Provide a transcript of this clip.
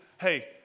hey